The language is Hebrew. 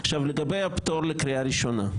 עכשיו לגבי הפטור לקריאה הראשונה.